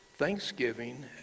thanksgiving